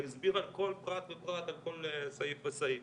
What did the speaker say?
והוא הסביר על כל פרט ופרט על כל סעיף וסעיף.